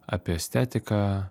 apie estetiką